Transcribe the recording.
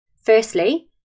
Firstly